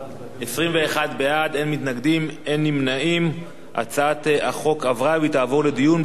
לדיון מוקדם בוועדת העבודה,